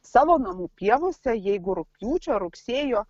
savo namų pievose jeigu rugpjūčio rugsėjo